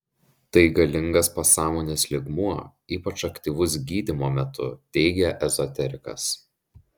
tai galingas pasąmonės lygmuo ypač aktyvus gydymo metu teigia ezoterikas